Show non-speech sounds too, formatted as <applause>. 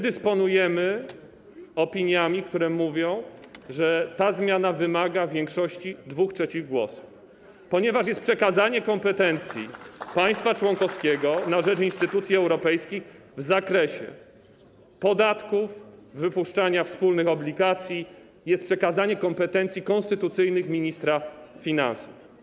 Dysponujemy opiniami, które mówią, że ta zmiana wymaga większości 2/3 głosów, <applause> ponieważ jest przekazanie kompetencji państwa członkowskiego na rzecz instytucji europejskich w zakresie podatków i wypuszczania wspólnych obligacji, jest przekazanie kompetencji konstytucyjnych ministra finansów.